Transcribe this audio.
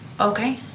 Okay